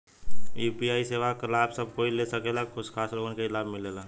UPI सेवा क लाभ सब कोई ले सकेला की कुछ खास लोगन के ई लाभ मिलेला?